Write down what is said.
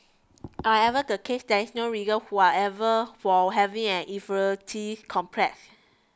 I ever the case there's no reason who are ever for having an inferiority complex